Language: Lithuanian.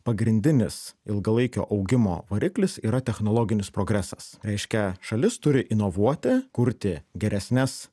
pagrindinis ilgalaikio augimo variklis yra technologinis progresas reiškia šalis turi inovuoti kurti geresnes